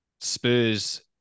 Spurs